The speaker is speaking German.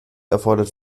erfordert